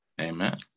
Amen